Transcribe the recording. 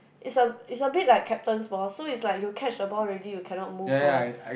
is a is a bit like captain's ball so it's like you catch the ball already you cannot move mah